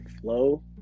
flow